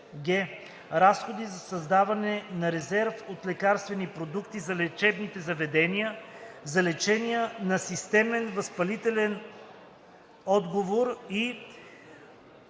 г) разходи за създаване на резерв от лекарствени продукти за лечебните заведения за лечение на системен възпалителен отговор и